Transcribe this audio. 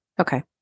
Okay